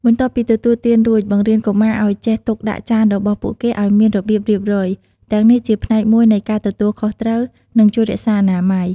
បន្ទាប់ពីទទួលទានរួច បង្រៀនកុមារឲ្យចេះទុកដាក់ចានរបស់ពួកគេឲ្យមានរបៀបរៀបរយ ទាំងនេះជាផ្នែកមួយនៃការទទួលខុសត្រូវ និងជួយរក្សាអនាម័យ។